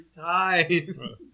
time